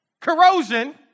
corrosion